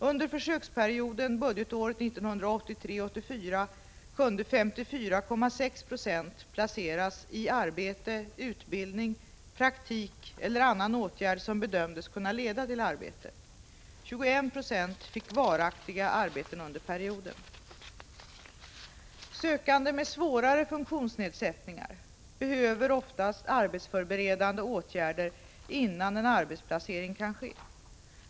Under försöksperioden budgetåret 1983/84 kunde 54,6 2 placeras i arbete, utbildning, praktik eller annan åtgärd som bedömdes kunna leda till arbete. 2196 fick varaktiga arbeten under perioden. Sökande med svårare funktionsnedsättningar behöver oftast arbetsförberedande åtgärder innan en arbetsplacering kan ske.